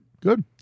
good